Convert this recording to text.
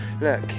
Look